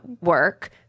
work